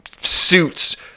suits